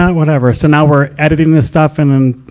whatever. so now, we're editing this stuff and then, um,